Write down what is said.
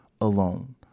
alone